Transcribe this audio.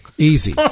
Easy